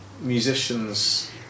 musicians